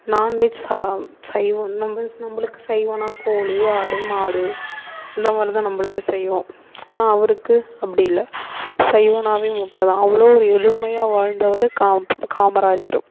non veg சைவம் நம்பளுக்கு சைவோன்னா கோழி ஆடு மாடு இந்தமாதிரிதான் நம்பளுக்கு சைவம் ஆனா அவருக்கு அப்படி இல்லை சைவோன்னாவே முட்டை தான் அவ்வளோ ஒரு எளிமையாக வாழ்ந்தவர் காமராஜர்